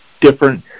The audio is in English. different